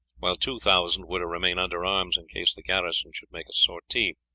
while two thousand were to remain under arms in case the garrison should make a sortie.